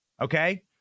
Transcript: Okay